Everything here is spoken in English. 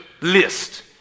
list